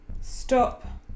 stop